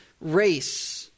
race